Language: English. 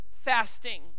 fasting